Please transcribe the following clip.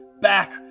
back